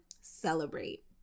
celebrate